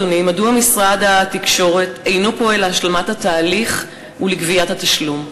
אדוני: מדוע משרד התקשורת אינו פועל להשלמת התהליך ולגביית התשלום?